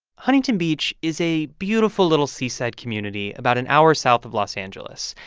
huntington beach is a beautiful little seaside community about an hour south of los angeles.